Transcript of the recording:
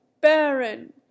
baron